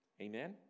Amen